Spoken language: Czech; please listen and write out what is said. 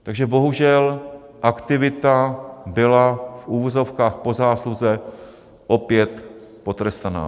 Takže bohužel aktivita byla v uvozovkách po zásluze opět potrestaná.